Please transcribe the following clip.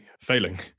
failing